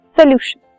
solution